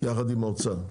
יחד עם האוצר.